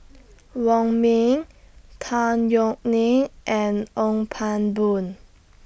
Wong Ming Tan Yeok Nee and Ong Pang Boon